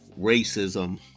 racism